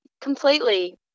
completely